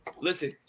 Listen